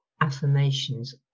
affirmations